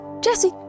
Jesse